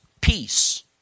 peace